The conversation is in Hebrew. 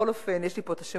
בכל אופן, יש לי פה השמות.